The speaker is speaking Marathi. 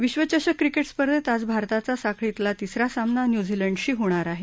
विश्वचषक क्रिकेट स्पर्धेत आज भारताचा साखळीतला तिसरा सामना न्यूझीलंडशी होणार आहे